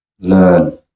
learn